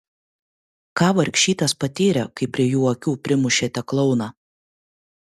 ką vargšytės patyrė kai prie jų akių primušėte klouną